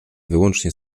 wyłącznie